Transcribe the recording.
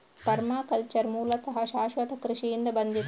permaculture ಮೂಲತಃ ಶಾಶ್ವತ ಕೃಷಿಯಿಂದ ಬಂದಿದೆ